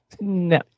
no